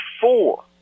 four